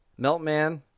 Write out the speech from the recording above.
Meltman